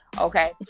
okay